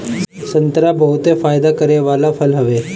संतरा बहुते फायदा करे वाला फल हवे